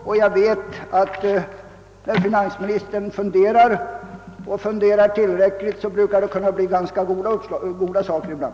Och jag vet att när finansministern har funderat tillräckligt länge, brukar det ibland bli ganska goda resultat.